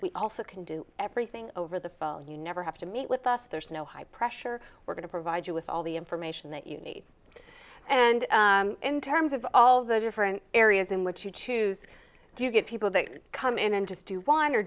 we also can do everything over the phone you never have to meet with us there's no high pressure we're going to provide you with all the information that you need and in terms of all of the different areas in which you choose do you get people that come in and just do one or